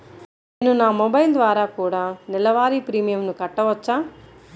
నేను నా మొబైల్ ద్వారా కూడ నెల వారి ప్రీమియంను కట్టావచ్చా?